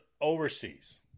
overseas